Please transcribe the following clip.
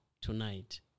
tonight